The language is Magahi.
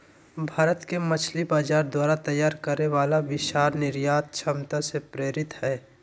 भारत के मछली बाजार द्वारा तैयार करे वाला विशाल निर्यात क्षमता से प्रेरित हइ